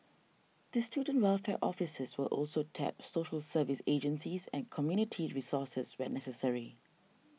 the student welfare officers will also tap social services agencies and community resources where necessary